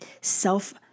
self